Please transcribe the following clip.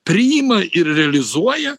priima ir realizuoja